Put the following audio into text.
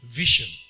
vision